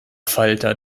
falter